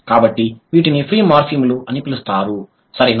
కాబట్టి వీటిని ఫ్రీ మార్ఫిమ్లు అని పిలుస్తారు సరేనా